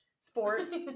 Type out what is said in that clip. sports